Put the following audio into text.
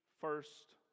first